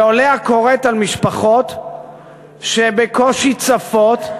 ועולה הכורת על משפחות שבקושי צפות,